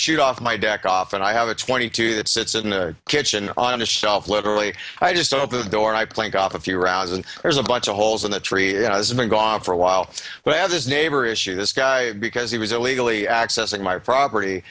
shoot off my deck off and i have a twenty two that sits in the kitchen on the shelf literally i just open the door and i play golf a few rounds and there's a bunch of holes in the tree has been gone for a while but i have this neighbor issue this guy because he was illegally accessing my property